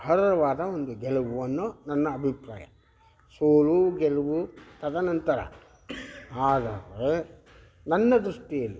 ವಾದ ಒಂದು ಗೆಲುವು ಅನ್ನೋ ನನ್ನ ಅಭಿಪ್ರಾಯ ಸೋಲು ಗೆಲುವು ತದ ನಂತರ ಆದರೆ ನನ್ನ ದೃಷ್ಟಿಯಲ್ಲಿ